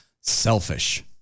selfish